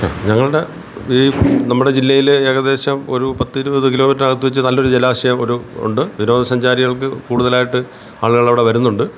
ഞങ്ങളുടെ ഈ നമ്മുടെ ജില്ലയിൽ ഏകദേശം ഒരു പത്തിരുപത് കിലോമീറ്റർ അകത്തുവെച്ച് നല്ലൊരു ജലാശയം ഒരു ഉണ്ട് വിനോദസഞ്ചാരികൾക്ക് കൂടുതലായിട്ട് ആളുകൾ അവിടെ വരുന്നുണ്ട്